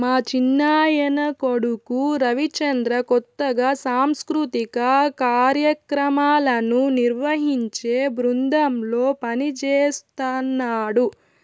మా చిన్నాయన కొడుకు రవిచంద్ర కొత్తగా సాంస్కృతిక కార్యాక్రమాలను నిర్వహించే బృందంలో పనిజేస్తన్నడు